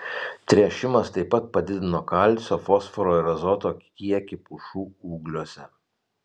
tręšimas taip pat padidino kalcio fosforo ir azoto kiekį pušų ūgliuose